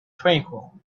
tranquil